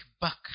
back